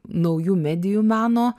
naujų medijų meno